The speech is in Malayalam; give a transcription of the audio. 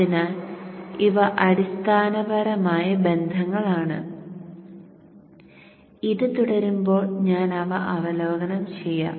അതിനാൽ ഇവ അടിസ്ഥാനപരമായ ബന്ധങ്ങളാണ് ഇത് തുടരുമ്പോൾ ഞാൻ അവ അവലോകനം ചെയ്യാം